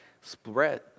spread